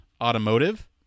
automotive